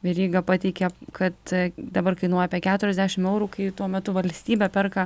veryga pateikė kad dabar kainuoja apie keturiasdešim eurų kai tuo metu valstybė perka